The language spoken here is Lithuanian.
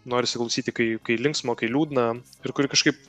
norisi klausyti kai kai linksma kai liūdna ir kuri kažkaip